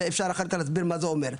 ואפשר אחר כך להסביר מה זה אומר.